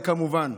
זה מובן.